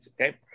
okay